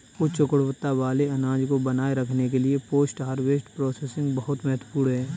उच्च गुणवत्ता वाले अनाज को बनाए रखने के लिए पोस्ट हार्वेस्ट प्रोसेसिंग बहुत महत्वपूर्ण है